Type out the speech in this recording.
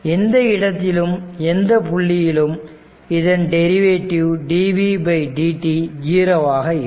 எந்த இடத்திலும் எந்த புள்ளியிலும் இதன் டெரிவேட்டிவ் dvdt 0 ஆக இருக்கும்